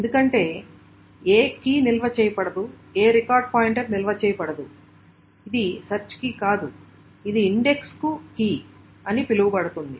ఎందుకంటే ఏ కీ నిల్వ చేయబడదు ఏ రికార్డ్ పాయింటర్ నిల్వ చేయబడదు ఇది సెర్చ్ కీ కాదు ఇది ఇండెక్స్ కు కీ అని పిలువబడుతుంది